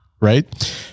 right